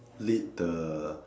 lead the